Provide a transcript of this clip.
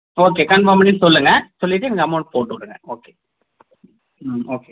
okay confirm பண்ணிவிட்டு சொல்லுங்கள் சொல்லிவிட்டு எனக்கு அமௌண்ட் போட்டு விடுங்க ஓகே ம் ஓகேங்க